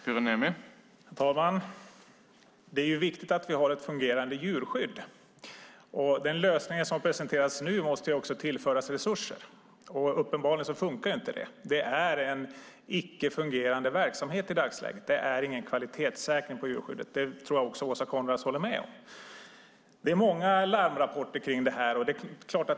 Herr talman! Det är viktigt att vi har ett fungerande djurskydd. Den lösning som presenteras nu måste också tillföras resurser. Uppenbarligen funkar inte det. Det är en icke fungerande verksamhet i dagsläget. Det är ingen kvalitetssäkring på djurskyddet. Det tror jag också att Åsa Coenraads håller med om. Det finns många larmrapporter.